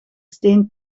steen